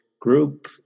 group